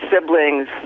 siblings